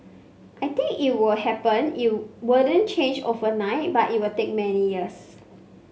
I think it would happen it wouldn't change overnight but it would take many years